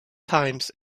times